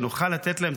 שנוכל לתת להם,